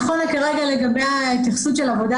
נכון להיום לגבי התייחסות של עבודה